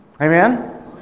Amen